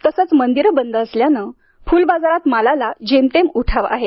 तसेच मंदिरे बंद असल्याने फुलबाजारात मालाला जेमतेम उठाव आहे